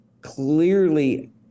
clearly